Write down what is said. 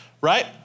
right